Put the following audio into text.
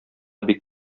бик